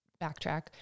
backtrack